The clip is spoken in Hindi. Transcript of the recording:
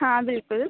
हाँ बिल्कुल